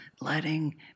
letting